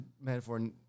metaphor